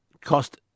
cost